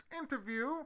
interview